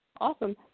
Awesome